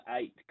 eight